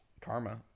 karma